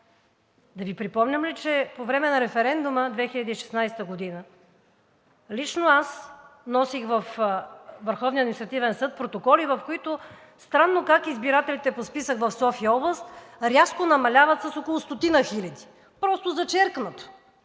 Да Ви припомням ли, че по време на референдума – 2016 г., лично аз носих във Върховния административен съд протоколи, в които странно как избирателите по списък в София-област рязко намаляват с около стотина хиляди. Просто зачеркнато!